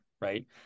Right